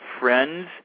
Friends